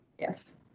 Yes